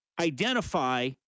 identify